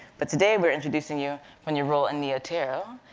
but today, we're introducing you when your role in nia tero.